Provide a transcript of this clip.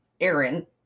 Aaron